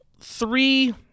three